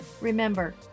remember